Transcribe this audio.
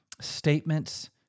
statements